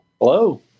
Hello